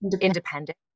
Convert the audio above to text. independent